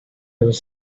was